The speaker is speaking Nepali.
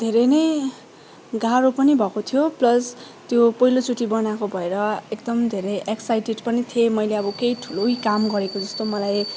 धेरै नै गाह्रो पनि भएको थियो प्लस त्यो पहिलोचोटि बनाएको भएर एकदम धेरै एक्साइटेड पनि थिएँ मैले अब कुनै ठुलै काम गरेको जस्तै मलाई